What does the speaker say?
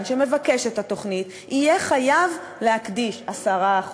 שמבקש את התוכנית יהיה חייב להקדיש 10%,